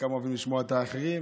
חלקם אוהבים לשמוע את האחרים,